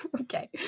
Okay